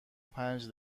پنج